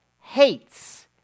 hates